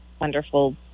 wonderful